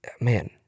man